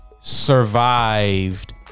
survived